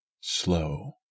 Slow